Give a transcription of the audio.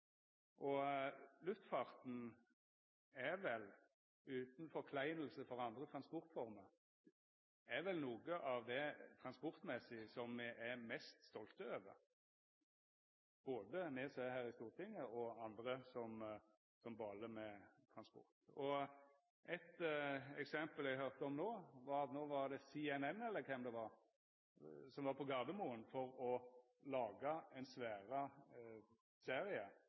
åra. Luftfarten er vel – utan å snakka ned andre transportformer – noko av det me i transportsamanheng er mest stolte over, både me som er her i Stortinget, og andre som balar med transport. Eitt eksempel eg høyrde om no, var at CNN, eller kven det var, var på Gardermoen for å laga ein